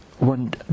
One